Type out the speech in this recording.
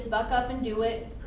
buck up and do it.